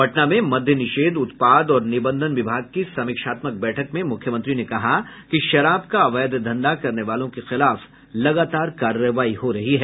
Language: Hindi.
पटना में मद्यनिषेध उत्पाद और निबंधन विभाग की समीक्षात्मक बैठक में मूख्यमंत्री ने कहा कि शराब का अवैध धंधा करने वालों के खिलाफ लगातार कार्रवाई हो रही है